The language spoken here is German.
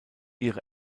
ihre